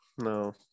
No